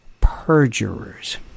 perjurers